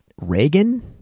Reagan